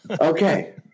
Okay